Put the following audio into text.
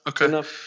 Okay